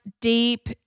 deep